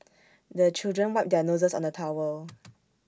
the children wipe their noses on the towel